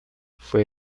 fue